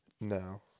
No